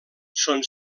són